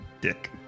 Dick